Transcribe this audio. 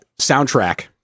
Soundtrack